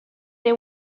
they